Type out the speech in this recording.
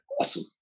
awesome